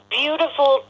beautiful